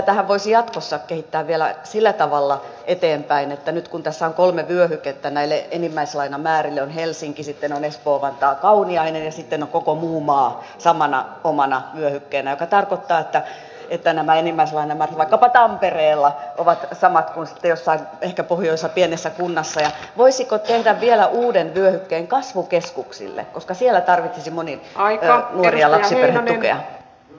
tätähän voisi jatkossa kehittää vielä sillä tavalla eteenpäin että nyt kun tässä on kolme vyöhykettä näille enimmäislainamäärille on helsinki sitten on espoo vantaa kauniainen ja sitten on koko muu maa samana omana vyöhykkeenä mikä tarkoittaa että nämä enimmäislainamäärät vaikkapa tampereella ovat samat kuin sitten jossain ehkä pohjoisen pienessä kunnassa niin voisi tehdä vielä uuden vyöhykkeen kasvukeskuksille koska siellä tarvitsisi moni nuori ja lapsiperhe tukea